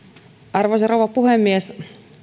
arvoisa rouva puhemies